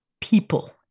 people